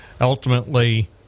ultimately